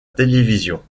télévision